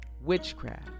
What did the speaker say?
witchcraft